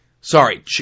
Sorry